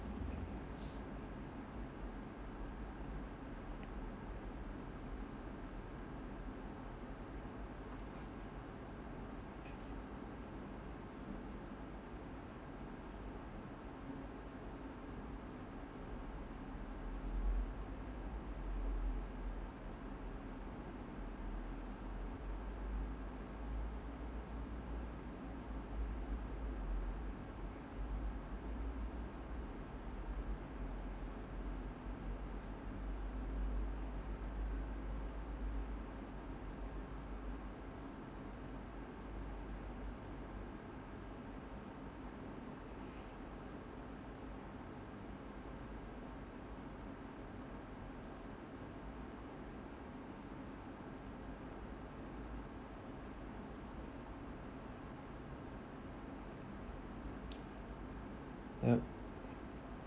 yup